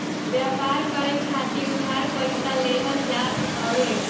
व्यापार करे खातिर उधार पईसा लेहल जात हवे